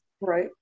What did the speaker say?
Right